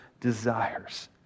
desires